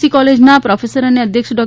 C કોલેજના professor અને અધ્યક્ષ ડૉ